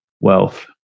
wealth